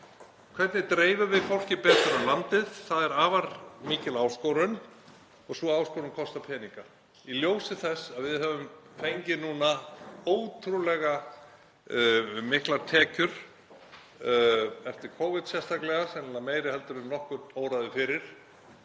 Hvernig dreifum við fólki betur um landið? Það er afar mikil áskorun. Sú áskorun kostar peninga. Í ljósi þess að við höfum fengið núna ótrúlega miklar tekjur, eftir Covid sérstaklega, sennilega meiri en nokkurn óraði fyrir,